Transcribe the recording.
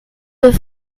deux